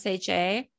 SHA